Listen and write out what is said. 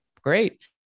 Great